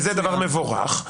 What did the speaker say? זה דבר מבורך.